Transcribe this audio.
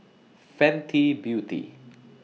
Fenty Beauty